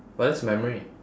but that's memory